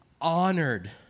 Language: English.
honored